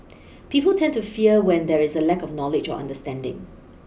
people tend to fear when there is a lack of knowledge or understanding